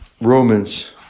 Romans